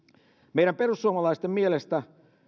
meidän perussuomalaisten mielestä